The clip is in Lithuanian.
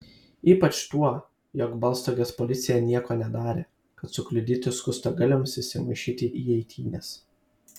ypač tuo jog baltstogės policija nieko nedarė kad sukliudytų skustagalviams įsimaišyti į eitynes